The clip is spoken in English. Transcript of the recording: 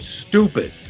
stupid